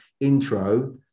intro